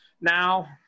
now